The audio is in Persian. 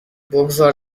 بگذار